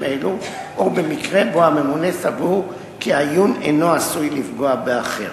אלו או במקרה שבו הממונה סבור כי העיון אינו עשוי לפגוע באחר.